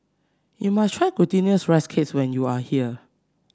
you must try Glutinous Rice Cakes when you are here